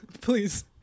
Please